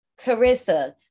carissa